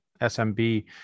SMB